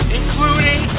including